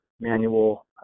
manual